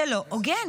זה לא הוגן.